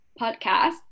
podcast